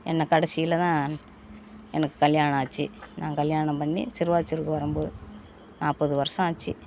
என்னை கடைசியிலதான் எனக்கு கல்யாணம் ஆச்சு நான் கல்யாணம் பண்ணி சிறுவாச்சி ஊருக்கு வரும்போது நாற்பது வருஷம் ஆச்சு